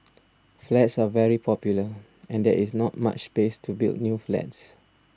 flats are very popular and there is not much space to build new flats